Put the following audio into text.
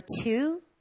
two